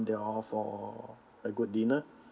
they all for a good dinner